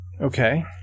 okay